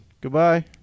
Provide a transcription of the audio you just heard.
Goodbye